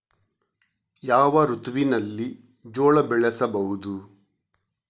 ಯಾವ ಋತುವಿನಲ್ಲಿ ಜೋಳ ಬೆಳೆಸಬಹುದು?